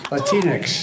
Latinx